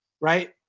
Right